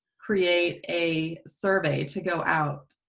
create a survey to go out